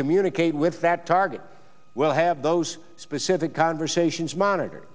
communicate with that target will have those specific conversations monitored